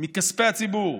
מכספי הציבור,